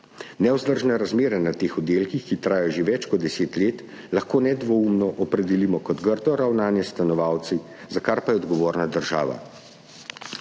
Nevzdržne razmere na teh oddelkih, ki trajajo že več kot 10 let, lahko nedvomno opredelimo kot grdo ravnanje s stanovalci, za kar pa je odgovorna država.